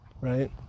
right